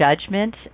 judgment